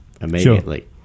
immediately